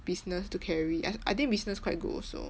business to carry I I think business quite good also